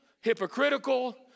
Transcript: hypocritical